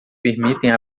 permitem